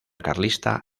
carlista